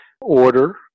order